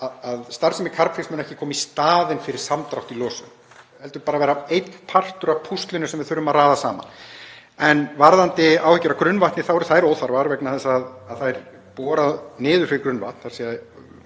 að starfsemi Carbfix mun ekki koma í staðinn fyrir samdrátt í losun heldur bara vera einn partur af púslinu sem við þurfum að raða saman. En varðandi áhyggjur af grunnvatni þá eru þær óþarfar vegna þess að það er borað niður fyrir grunnvatn, þ.e.a.s.